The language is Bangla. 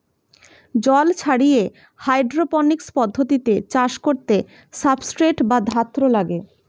জল ছাড়িয়ে হাইড্রোপনিক্স পদ্ধতিতে চাষ করতে সাবস্ট্রেট বা ধাত্র লাগে